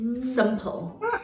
simple